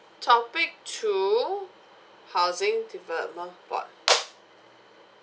topic two housing development board